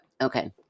Okay